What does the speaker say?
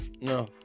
No